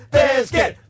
biscuit